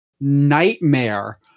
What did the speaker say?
nightmare